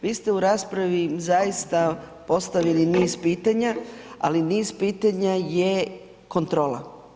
Vi ste u raspravi zaista postavili niz pitanja, ali niz pitanja je kontrola.